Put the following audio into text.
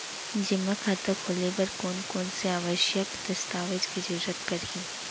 जेमा खाता खोले बर कोन कोन से आवश्यक दस्तावेज के जरूरत परही?